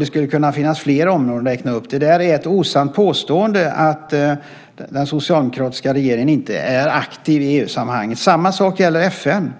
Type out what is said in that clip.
Det finns flera områden att räkna upp. Det är ett osant påstående att den socialdemokratiska regeringen inte är aktiv i EU-sammanhang. Samma sak gäller FN.